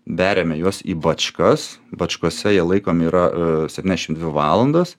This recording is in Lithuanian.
beriame juos į bačkas bačkose jie laikomi yra septyniasdešim dvi valandas